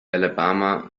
alabama